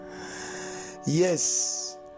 Yes